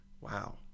Wow